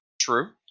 True